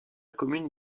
commune